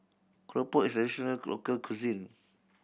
keropok is a traditional local cuisine